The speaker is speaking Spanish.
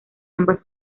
ambas